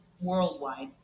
worldwide